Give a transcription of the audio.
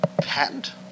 patent